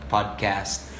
Podcast